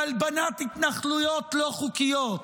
בהלבנת התנחלויות לא חוקיות,